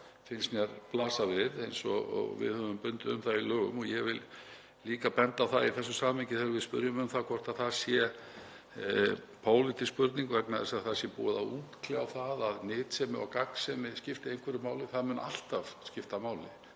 það finnst mér blasa við, eins og við höfum bundið um það í lögum. Ég vil líka benda á það í þessu samhengi, þegar við spyrjum hvort það sé pólitísk spurning vegna þess að það sé búið að útkljá það að nytsemi og gagnsemi skipti einhverju máli, að það mun alltaf skipta máli,